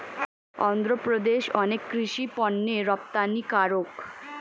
অন্ধ্রপ্রদেশ অনেক কৃষি পণ্যের রপ্তানিকারক